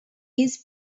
his